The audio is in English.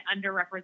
underrepresented